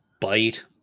Bite